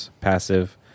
Passive